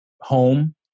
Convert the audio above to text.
home